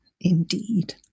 indeed